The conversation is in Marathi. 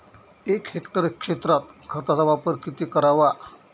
एक हेक्टर क्षेत्रात खताचा वापर किती करावा?